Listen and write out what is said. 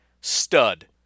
stud